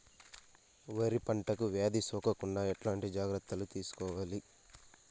వరి పంటకు వ్యాధి సోకకుండా ఎట్లాంటి జాగ్రత్తలు తీసుకోవాలి?